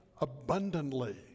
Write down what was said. abundantly